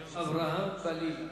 אברהם-בלילא.